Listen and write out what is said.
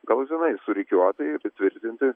galutinai surikiuot ir įtvirtinti